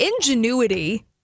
ingenuity